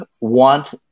want